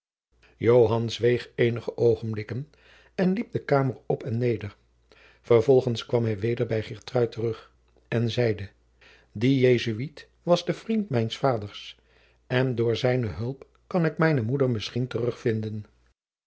zweeg eenige oogenblikken en liep de kamer op en neder vervolgens kwam hij weder bij geertrui terug en zeide die jesuit was de vriend mijns vaders en door zijne hulp kan ik mijne moeder misschien terugvinden